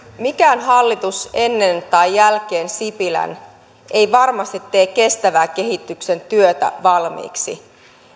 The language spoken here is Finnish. mikään hallitus ennen tai jälkeen sipilän ei varmasti tee kestävän kehityksen työtä valmiiksi